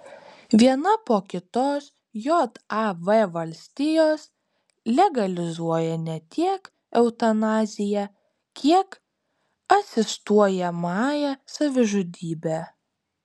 viena po kitos jav valstijos legalizuoja ne tiek eutanaziją kiek asistuojamąją savižudybę